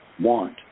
want